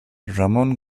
ramón